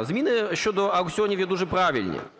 Зміни щодо… сьогодні є дуже правильні.